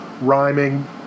rhyming